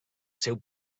seu